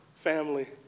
Family